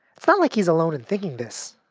it's not like he's alone in thinking this.